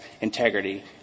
integrity